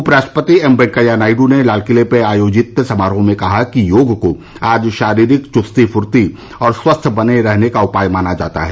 उपराष्ट्रपति एम वेंकैया नायडू ने लालकिले में आयोजित समारोह में कहा कि योग को आज शारीरिक चुस्ती फूर्ती और स्वस्थ बने रहने का उपाय माना जाता है